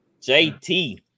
JT